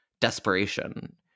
Desperation